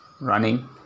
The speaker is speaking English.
running